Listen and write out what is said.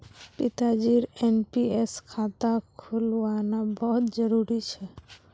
पिताजीर एन.पी.एस खाता खुलवाना बहुत जरूरी छ